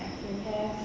I can have